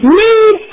need